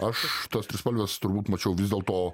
aš tos trispalvės turbūt mačiau vis dėlto